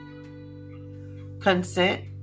consent